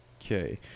Okay